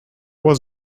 was